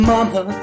Mama